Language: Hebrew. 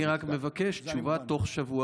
אני רק מבקש תוך שבוע,